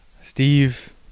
Steve